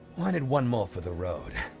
wanted one more for the road.